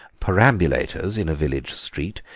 perambulators in a village street,